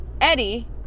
Eddie